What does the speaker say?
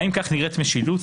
האם כך נראית משילות?